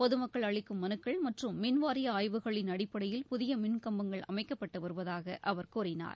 பொதுமக்கள் அளிக்கும் மனுக்கள் மற்றும் மின்வாரிய ஆய்வுகளின் அடிப்படையில் புதிய மின்கம்பங்கள் அமைக்கப்பட்டு வருவதாக அவர் கூறினார்